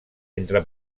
entre